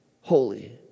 holy